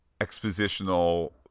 expositional